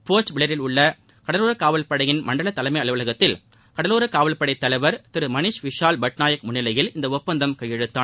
board பிளேயரில் உள்ள கடலோர காவல் படையினரின் மண்டல தலைமை அலுவலகத்தில் கடலோர காவல் படைத் தலைவர் திரு மனிஷ் விஷால் பட்நாயக் முன்னிலையில் இந்த ஒப்பந்தம் கையெழுத்தானது